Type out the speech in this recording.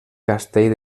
castell